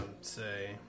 say